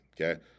okay